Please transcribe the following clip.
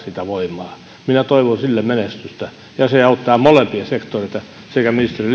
sitä voimaa minä toivon sille menestystä se auttaa molempia sektoreita sekä ministeri